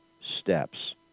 steps